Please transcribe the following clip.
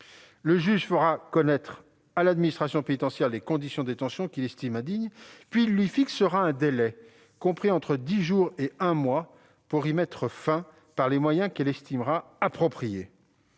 Le juge fera connaître à l'administration pénitentiaire les conditions de détention qu'il estime indignes, puis il lui fixera un délai, compris entre dix jours et un mois, pour y mettre fin par les moyens qu'elle estimera appropriés.